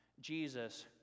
Jesus